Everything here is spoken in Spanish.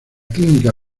clínica